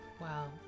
Wow